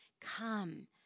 Come